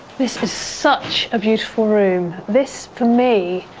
this is such a beautiful room this, for me,